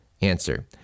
answer